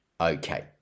Okay